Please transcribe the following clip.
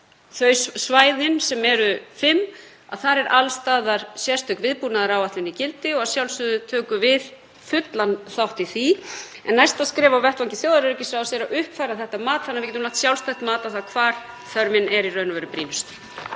virkjaðar sem þýðir að þar er alls staðar sérstök viðbúnaðaráætlun í gildi og að sjálfsögðu tökum við fullan þátt í því. En næsta skref á vettvangi þjóðaröryggisráðs er að uppfæra þetta mat þannig að við getum lagt sjálfstætt mat á það hvar þörfin er í raun og veru brýnust.